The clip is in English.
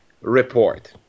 report